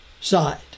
side